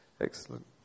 excellent